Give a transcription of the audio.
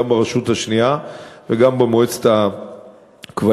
גם ברשות השנייה וגם במועצת הכבלים,